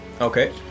Okay